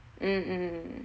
mm mm